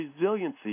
resiliency